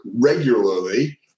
regularly